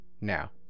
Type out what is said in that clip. Now